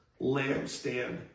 lampstand